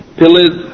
pillars